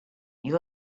you